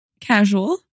casual